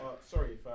sorry